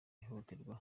ihohoterwa